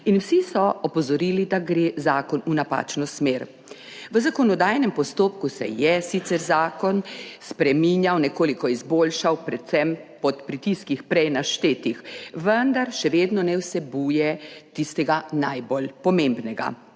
in vsi so opozorili, da gre zakon v napačno smer. V zakonodajnem postopku se je sicer zakon spreminjal, nekoliko izboljšal predvsem pod pritiski prej naštetih, vendar še vedno ne vsebuje tistega najbolj pomembnega,